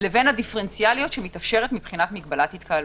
לבין הדיפרנציאליות שמתאפשרת מבחינת מגבלת התקהלויות.